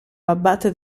abate